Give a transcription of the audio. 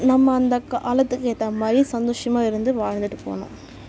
நம்ம அந்த காலத்துக்கு ஏற்ற மாதிரி சந்தோஷமாக இருந்து வாழ்ந்துகிட்டு போகணும்